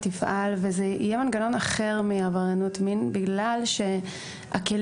וזה יהיה מנגנון אחר מעבריינות מין בגלל שהכלים